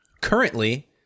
currently